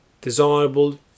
desirable